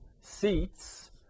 seats